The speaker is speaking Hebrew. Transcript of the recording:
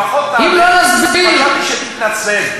לפחות, חשבנו שתתנצל.